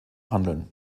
handeln